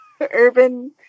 Urban